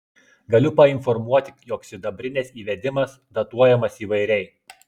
galiu painformuoti jog sidabrinės įvedimas datuojamas įvairiai